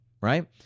right